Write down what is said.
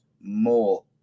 more